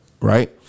right